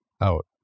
out